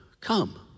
come